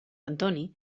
antoni